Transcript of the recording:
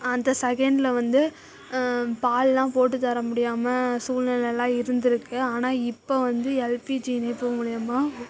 அந்த செகேன்டில் வந்து பாலெலாம் போட்டுத்தரமுடியாமல் சூழ்நெலையிலலாம் இருந்திருக்கு ஆனால் இப்போ வந்து எல்பிஜி இணைப்பு மூலயமா